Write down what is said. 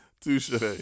Touche